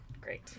Great